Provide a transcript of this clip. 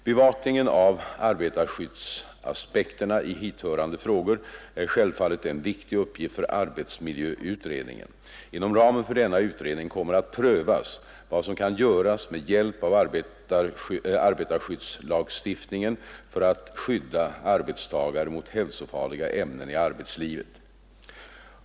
Bevakningen av arbetarskyddsaspekterna i hithörande frågor är självfallet en viktig uppgift för arbetsmiljöutredningen. Inom ramen för denna utredning kommer att prövas vad som kan göras med hjälp av arbetarskyddslagstiftningen för att skydda arbetstagare mot hälsofarliga ämnen i arbetslivet.